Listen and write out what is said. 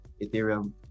Ethereum